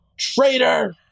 Traitor